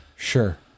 Sure